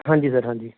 ਹਾਂਜੀ ਸਰ ਹਾਂਜੀ